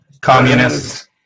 Communists